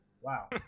Wow